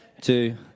two